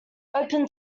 open